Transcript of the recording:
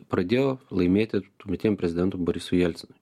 pradėjo laimėti tuometiniam prezidentui borisui jelcinui